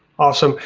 awesome,